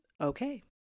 okay